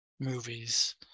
movies